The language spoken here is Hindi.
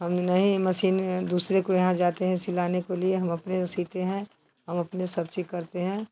हम नहीं मसीन दूसरे को यहाँ जाते हैं सिलाने को लिए हम अपने से सीते हैं हम अपने सब चीज़ करते हैं